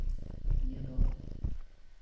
ᱤᱭᱟᱹ ᱫᱚ